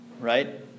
right